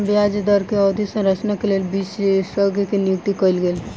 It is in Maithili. ब्याज दर के अवधि संरचना के लेल विशेषज्ञ के नियुक्ति कयल गेल